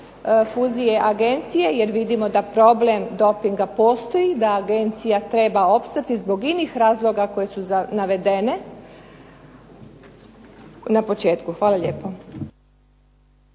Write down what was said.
fuzije Agencije, jer vidimo da problem dopinga postoji, da agencija treba opstati zbog inih razloga koji su navedeni na početku. Hvala lijepo.